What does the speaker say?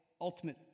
ultimate